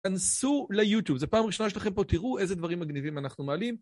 כנסו ליוטיוב, זו פעם ראשונה שלכם פה, תראו איזה דברים מגניבים אנחנו מעלים.